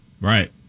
Right